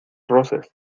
roces